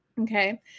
Okay